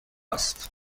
است